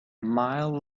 mile